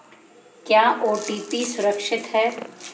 क्या ओ.टी.पी सुरक्षित है?